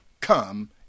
come